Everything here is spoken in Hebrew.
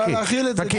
נחיל את זה.